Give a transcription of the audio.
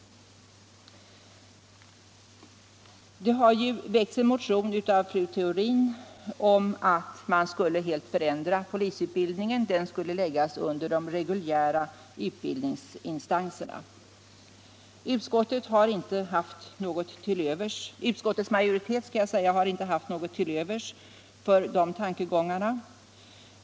Det har väckts en motion av fru Theorin m.fl. om att man skulle helt förändra polisutbildningen. Den skulle läggas under de reguljära utbildningsinstanserna. Utskottets majoritet har inte haft något till övers för de tankegångarna.